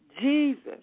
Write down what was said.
Jesus